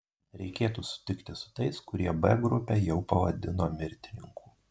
reikėtų sutikti su tais kurie b grupę jau pavadino mirtininkų